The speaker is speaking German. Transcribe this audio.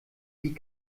die